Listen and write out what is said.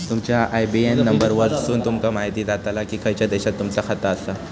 तुमच्या IBAN number वरसुन तुमका म्हायती जाताला की खयच्या देशात तुमचा खाता आसा